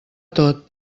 tot